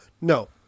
no